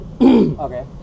Okay